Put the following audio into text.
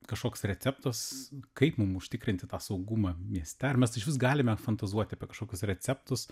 kažkoks receptas kaip mum užtikrinti tą saugumą mieste ar mes išvis galime fantazuoti apie kažkokius receptus